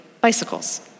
bicycles